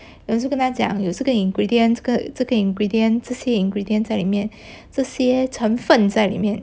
我就跟他讲有这个 ingredient 这个这个 ingredient 这些 ingredients 在里面这些成分在里面